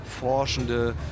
forschende